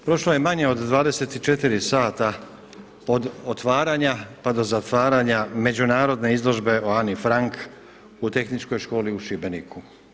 Naime, prošlo je manje od 24 sata od otvaranja pa do zatvaranja međunarodne izložbe o Ani Frank u Tehničkoj školi u Šibeniku.